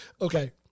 Okay